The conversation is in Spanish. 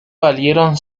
valieron